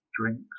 drinks